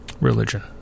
religion